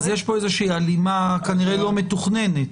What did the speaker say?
אז יש פה איזושהי הלימה כנראה לא מתוכננת.